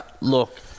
look